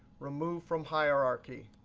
remove from hierarchy.